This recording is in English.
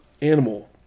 animal